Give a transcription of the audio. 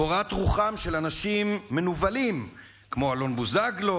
לקורת רוחם של אנשים מנוולים כמו אלון בוזגלו,